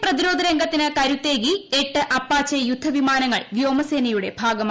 Indian പ്രതിരോധരംഗത്തിന് കരുത്തേകി എട്ട് അപ്പാച്ചെ യുദ്ധവിമാനങ്ങൾ വ്യോമസേനയുടെ ഭാഗമായി